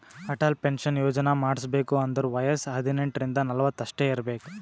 Atal pension Yojana ಮಾಡುಸ್ಬೇಕ್ ಅಂದುರ್ ವಯಸ್ಸ ಹದಿನೆಂಟ ರಿಂದ ನಲ್ವತ್ ಅಷ್ಟೇ ಇರ್ಬೇಕ್